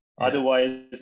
Otherwise